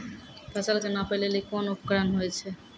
फसल कऽ नापै लेली कोन उपकरण होय छै?